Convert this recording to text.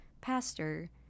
pastor